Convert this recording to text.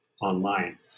online